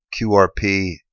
QRP